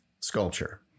sculpture